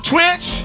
Twitch